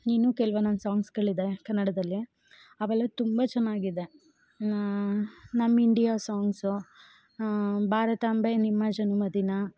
ಇನ್ನೂ ಕೆಲ್ವೊಂದೊಂದ್ ಸಾಂಗ್ಸ್ಗಳಿದೆ ಕನ್ನಡದಲ್ಲಿ ಅವೆಲ್ಲ ತುಂಬ ಚೆನ್ನಾಗಿದೆ ಇನ್ನು ನಮ್ಮ ಇಂಡಿಯಾ ಸಾಂಗ್ಸು ಭಾರತಾಂಬೆ ನಿಮ್ಮ ಜನುಮದಿನ